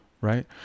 right